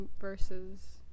versus